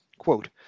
Quote